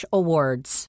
awards